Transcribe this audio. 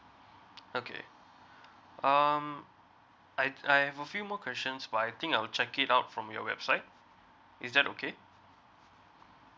okay um I I have a few more questions but I think I will check it out from your website is that okay